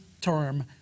term